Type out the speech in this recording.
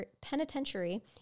penitentiary